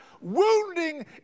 wounding